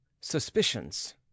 Suspicions